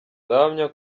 ndahamya